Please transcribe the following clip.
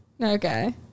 Okay